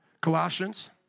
Colossians